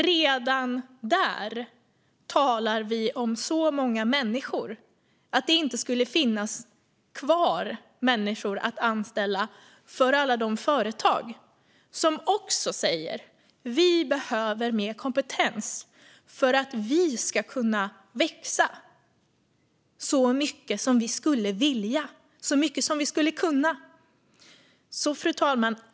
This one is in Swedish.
Redan där talar vi om så många människor att det inte skulle finnas människor kvar att anställa för alla de företag som också säger att de behöver mer kompetens för att växa så mycket som de skulle vilja och kunna. Fru talman!